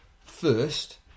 first